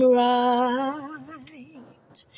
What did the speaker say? right